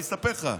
אני אספר לך: